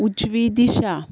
उजवी दिशा